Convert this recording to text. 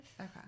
Okay